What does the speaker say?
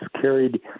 carried